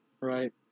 Right